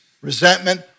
resentment